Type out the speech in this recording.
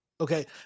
Okay